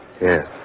Yes